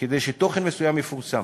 כדי שתוכן מסוים יפורסם.